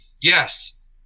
Yes